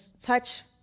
touch